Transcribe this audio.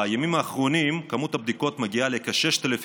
בימים האחרונים מספר הבדיקות מגיע לכ-6,000,